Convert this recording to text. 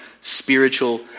spiritual